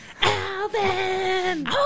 Alvin